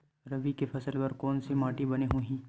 रबी के फसल बर कोन से माटी बने होही?